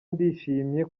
ndishimye